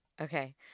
Okay